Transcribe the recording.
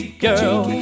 girl